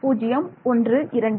0 1 2